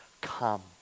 come